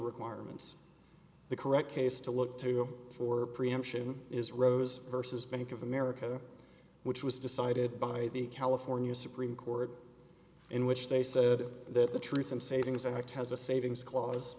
requirements the correct case to look to for preemption is rose versus bank of america which was decided by the california supreme court in which they said that the truth i'm saving is i test a savings cla